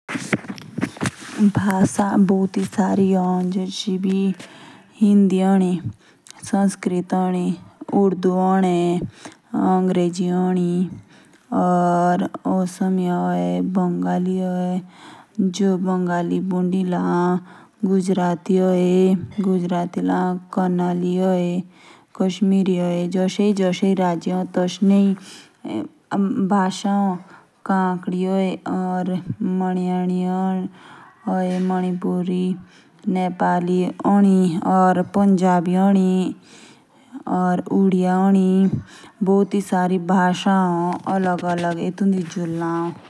जो कैमरा एक सा। पास मुज तो आचा आईना। या जब तक आप ठीक न हो जाएं।